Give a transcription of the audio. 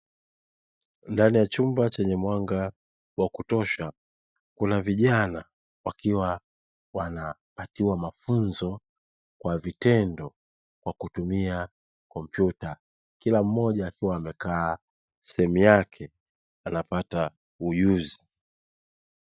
Ndani ya chumba chenye mwanga wa kutosha kuna vijana wakiwa wanapatiwa mafunzo kwa vitendo kwa kutumia kompyuta kila mmoja akiwa amekaa sehemu yake anapata ujuzi